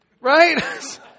Right